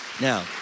Now